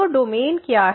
तो डोमेन क्या है